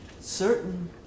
certain